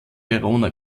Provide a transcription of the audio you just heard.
verona